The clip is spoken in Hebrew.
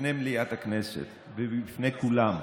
בפני מליאת הכנסת ובפני כולם,